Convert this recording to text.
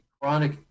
chronic